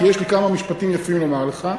כי יש לי כמה משפטים לומר לך,